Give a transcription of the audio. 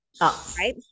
right